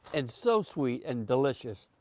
and, so, sweet and delicious.